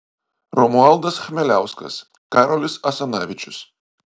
romualdas chmeliauskas karolis asanavičius